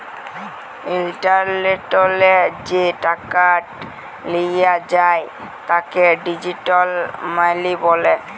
ইলটারলেটলে যে টাকাট লিয়া যায় তাকে ডিজিটাল মালি ব্যলে